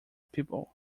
people